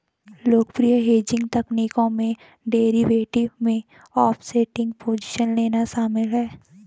लोकप्रिय हेजिंग तकनीकों में डेरिवेटिव में ऑफसेटिंग पोजीशन लेना शामिल है